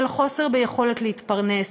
של חוסר יכולת להתפרנס,